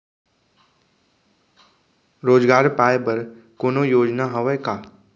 रोजगार पाए बर कोनो योजना हवय का?